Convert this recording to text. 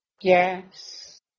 yes